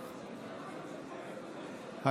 בעד.